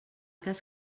cas